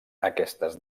aquestes